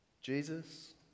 Jesus